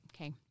Okay